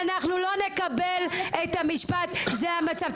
אנחנו לא נקבל את המשפט זה המצב,